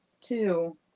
Two